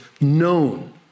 known